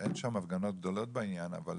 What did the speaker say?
אין שם הפגנות גדולות בעניין אבל